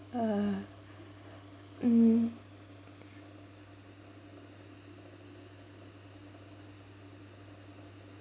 uh mm